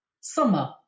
summer